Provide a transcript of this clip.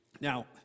Now